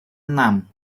enam